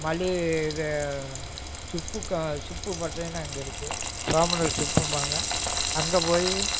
மளிகை இது சுப்பு சுப்பு பட்டறைன்னு அங்கே இருக்கு சோமனூர் சுப்பும்பாங்க அங்கே போய்